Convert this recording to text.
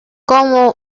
como